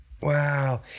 Wow